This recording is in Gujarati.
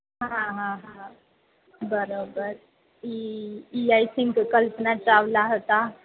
હા હા હા બરોબર ઈ ઈ આઈ થિંક કલ્પના ચાવલા હતા